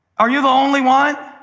are you the only one